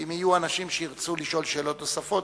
אם יהיו אנשים שירצו לשאול שאלות נוספות,